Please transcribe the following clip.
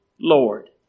Lord